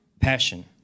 Passion